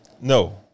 No